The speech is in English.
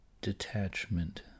detachment